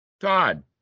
Todd